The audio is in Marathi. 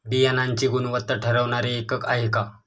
बियाणांची गुणवत्ता ठरवणारे एकक आहे का?